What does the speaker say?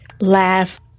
laugh